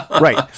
right